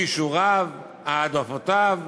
כישוריו, העדפותיו